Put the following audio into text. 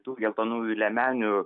tų geltonųjų liemenių